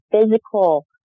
physical